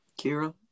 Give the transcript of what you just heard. Kira